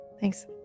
Thanks